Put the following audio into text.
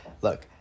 look